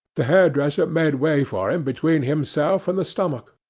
the hairdresser made way for him between himself and the stomach.